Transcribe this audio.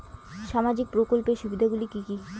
সামাজিক প্রকল্পের সুবিধাগুলি কি কি?